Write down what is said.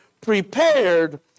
prepared